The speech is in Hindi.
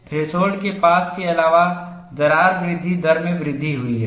थ्रेशोल्ड के पास के अलावा दरार वृद्धि दर में वृद्धि हुई है